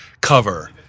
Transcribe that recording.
cover